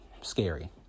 scary